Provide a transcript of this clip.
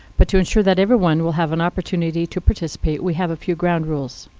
but to ensure that everyone will have an opportunity to participate, we have a few ground rules.